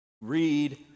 read